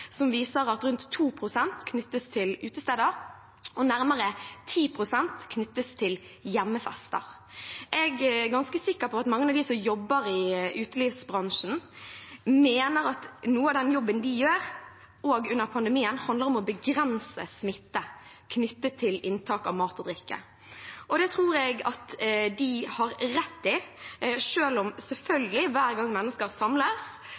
som viser at rundt 2 pst. knyttes til utesteder, og at nærmere 10 pst. knyttes til hjemmefester. Jeg er ganske sikker på at mange av dem som jobber i utelivsbransjen, mener at noe av den jobben de gjør, også under pandemien, handler om å begrense smitte knyttet til inntak av mat og drikke. Og det tror jeg at de har rett i, selv om risikoen for smitte selvfølgelig øker hver gang mennesker samles.